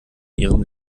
ihrem